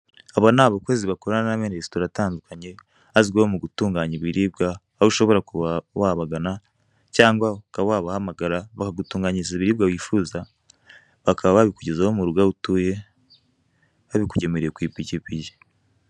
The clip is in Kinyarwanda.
Abo ni abakozi bakorana n'amarestora atandukanye, azwiho mu gutunganya ibiribwa, aho ushobora kuba wabagana cyangwa ukaba wabahamagara bakagutunganyiriza ibiribwa wifuza, bakaba babikugezaho mu rugo aho utuye, babikugemuriye ku ipikipiki.